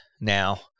now